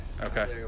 Okay